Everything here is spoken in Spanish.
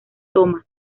thomas